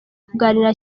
kuganira